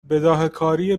بداههکاری